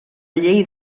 llei